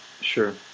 Sure